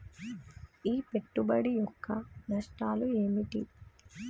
ఈ పెట్టుబడి యొక్క నష్టాలు ఏమిటి?